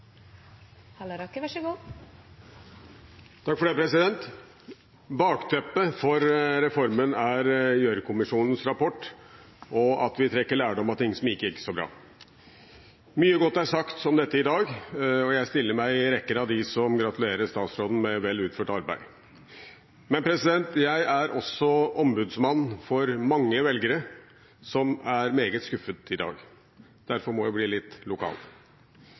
ikke gikk så bra. Mye godt er sagt om dette i dag, og jeg stiller meg i rekken av dem som gratulerer statsråden med vel utført arbeid. Men jeg er også ombudsmann for mange velgere som er meget skuffet i dag. Derfor må jeg bli litt lokal.